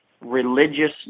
religious